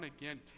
again